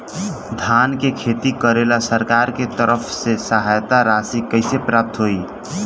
धान के खेती करेला सरकार के तरफ से सहायता राशि कइसे प्राप्त होइ?